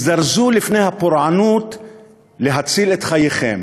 הזדרזו לפני הפורענות להציל את חייכם.